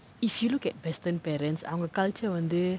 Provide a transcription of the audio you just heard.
if you look at western parents அவங்க:avanga culture வந்து:vanthu